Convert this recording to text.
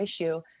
issue